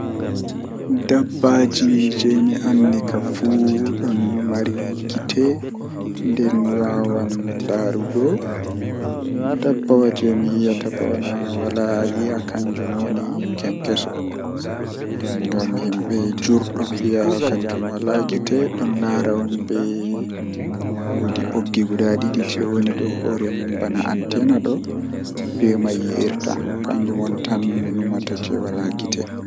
To ɓeɗon hola aranndewol kam mi darnan ɓe mi holinaɓe kala mo meti vilago pat mi fartan mo haa nder suudu jangirde am malla mi hokka mo mi wadamo kuugal feere jei yarnatamo bone to o accai.